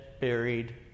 buried